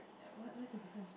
ya what what's the difference